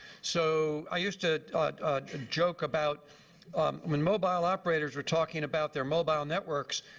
so i used to joke about i mean mobile operators were talking about their mobile networks.